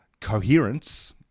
coherence